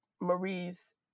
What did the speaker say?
Marie's